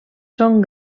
són